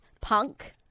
punk